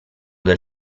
del